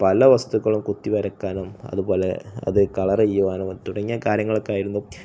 പല വസ്തുക്കളും കുത്തി വരയ്ക്കാനും അതുപോലെ അത് കളർ ചെയ്യുവാനും മ തുടങ്ങിയ കാര്യങ്ങളൊക്കെ ആയിരുന്നു